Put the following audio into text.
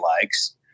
likes